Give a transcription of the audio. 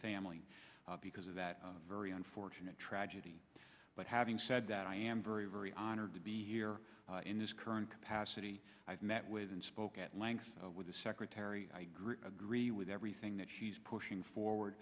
family because of that very unfortunate tragedy but having said that i am very very honored to be here in this current capacity i've met with and spoke at length with the secretary agree with everything that he's pushing forward